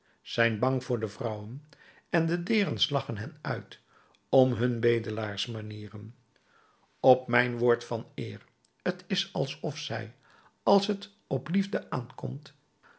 zijn bang voor de vrouwen en de deerns lachen hen uit om hun bedelaarsmanieren op mijn woord van eer t is alsof zij als t op liefde aankomt